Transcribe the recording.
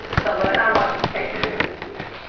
so what did i want you to take from this this week?